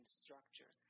structure